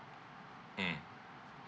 mm